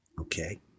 Okay